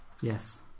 Yes